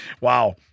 wow